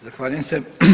Zahvaljujem se.